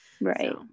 right